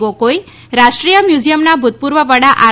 ગોગોઈ રાષ્ટ્રીય મ્યુઝીયમના ભૂતપૂર્વ વડા આર